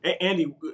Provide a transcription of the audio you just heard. Andy